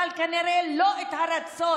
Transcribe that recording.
אבל כנראה לא את הרצון,